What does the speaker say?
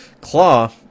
Claw